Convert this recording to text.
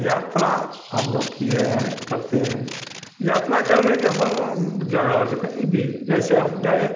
यात्रा हम लोग किए हैं करते हैं यात्रा करने के समय में जगह जो कहीं भी जैसे हम गए